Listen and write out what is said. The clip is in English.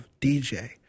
DJ